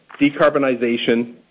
decarbonization